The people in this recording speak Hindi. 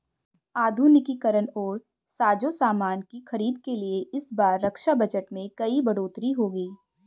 आधुनिकीकरण और साजोसामान की खरीद के लिए इस बार रक्षा बजट में बड़ी बढ़ोतरी होगी